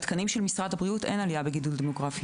אין עלייה בתקנים של משרד הבריאות במקביל לגידול הדמוגרפי.